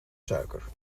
suiker